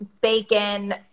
bacon